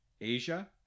Asia